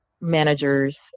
managers